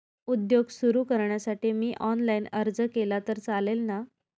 उद्योग सुरु करण्यासाठी मी ऑनलाईन अर्ज केला तर चालेल ना?